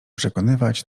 przekonywać